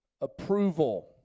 approval